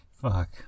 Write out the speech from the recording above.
Fuck